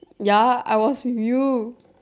ya I was with you